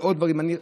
ועוד דברים.